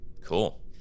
Cool